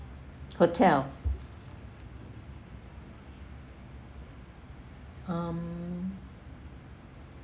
hotel um